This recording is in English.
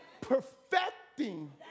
perfecting